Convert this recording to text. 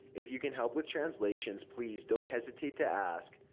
if you can help with translations, please don't hesitate to ask.